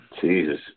Jesus